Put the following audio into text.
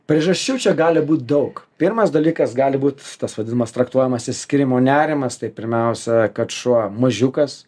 priežasčių čia gali būti daug pirmas dalykas gali būt tas vadinamas traktuojamas išsiskyrimo nerimas tai pirmiausia kad šuo mažiukas